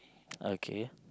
okay